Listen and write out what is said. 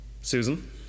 Susan